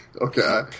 Okay